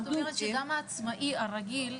את אומרת שגם העצמאי הרגיל,